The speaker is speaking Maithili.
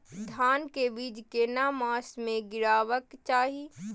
धान के बीज केना मास में गीरावक चाही?